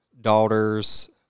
daughters